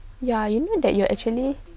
ya you know that you are actually